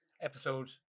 episode